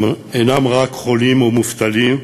הם אינם רק חולים ומובטלים,